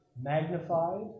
magnified